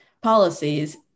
policies